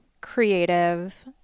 creative